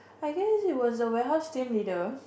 I guess he was the warehouse team leader